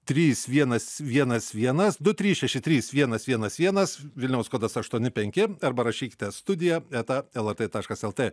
trys vienas vienas vienas du trys šeši trys vienas vienas vienas vilniaus kodas aštuoni penki arba rašykite studija eta lr taškas lt